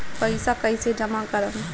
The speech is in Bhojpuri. पैसा कईसे जामा करम?